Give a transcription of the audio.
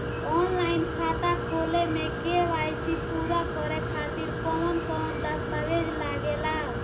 Online खाता खोले में के.वाइ.सी पूरा करे खातिर कवन कवन दस्तावेज लागे ला?